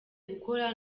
gukora